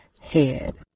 head